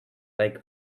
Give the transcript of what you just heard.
like